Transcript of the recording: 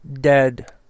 dead